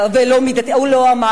ולא, מידתי הוא לא אמר.